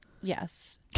Yes